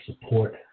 support